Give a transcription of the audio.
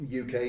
UK